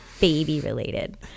baby-related